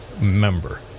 member